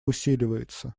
усиливается